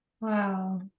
Wow